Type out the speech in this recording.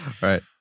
Right